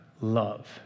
love